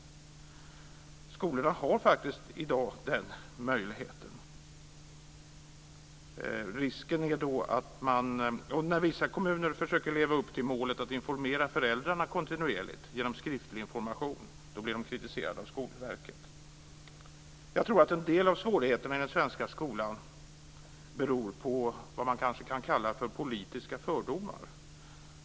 I dag har skolorna faktiskt den möjligheten. När vissa kommuner försöker leva upp till målet att kontinuerligt informera föräldrarna genom skriftlig information blir de kritiserade av Jag tror att en del av svårigheterna i den svenska skolan beror på vad som kanske kan kallas för politiska fördomar.